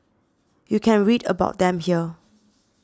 you can read about them here